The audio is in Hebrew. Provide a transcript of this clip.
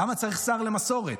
למה צריך שר למסורת?